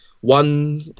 one